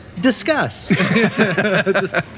discuss